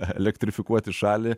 elektrifikuoti šalį